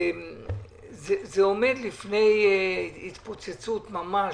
זה עומד בפני התפוצצות ממש.